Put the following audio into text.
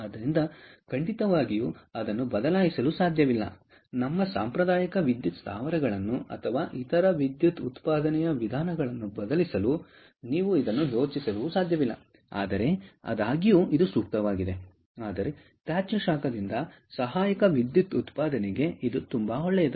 ಆದ್ದರಿಂದ ಖಂಡಿತವಾಗಿಯೂ ಅದನ್ನು ಬದಲಾಯಿಸಲು ಸಾಧ್ಯವಿಲ್ಲ ನಮ್ಮ ಸಾಂಪ್ರದಾಯಿಕ ವಿದ್ಯುತ್ ಸ್ಥಾವರಗಳನ್ನು ಅಥವಾ ಇತರ ವಿದ್ಯುತ್ ಉತ್ಪಾದನೆಯ ವಿಧಾನಗಳನ್ನು ಬದಲಿಸಲು ನೀವು ಇದನ್ನು ಯೋಚಿಸಲು ಸಾಧ್ಯವಿಲ್ಲ ಆದರೆ ಆದಾಗ್ಯೂ ಇದು ಸೂಕ್ತವಾಗಿದೆ ಆದರೆ ತ್ಯಾಜ್ಯ ಶಾಖದಿಂದ ಸಹಾಯಕ ವಿದ್ಯುತ್ ಉತ್ಪಾದನೆಗೆ ಇದು ತುಂಬಾ ಒಳ್ಳೆಯದು